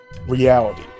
Reality